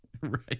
Right